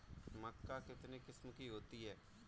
मक्का कितने किस्म की होती है?